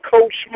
Coach